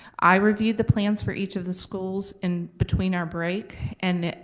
i reviewed the plans for each of the schools in between our break and